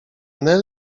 nel